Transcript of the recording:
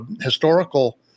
historical